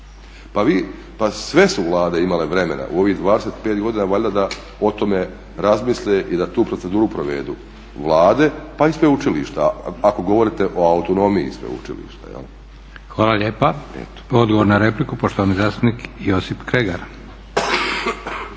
Pa sve su vlade imale vremena u ovih 25 godina valjda da o tome razmisle i da tu proceduru provedu, vlade pa i sveučilišta ako govorite o autonomiji sveučilišta. **Leko, Josip (SDP)** Hvala lijepa. Odgovor na repliku poštovani zastupnik Josip Kregar.